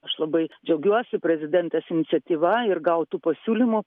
aš labai džiaugiuosi prezidentės iniciatyva ir gautu pasiūlymu